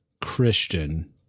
christian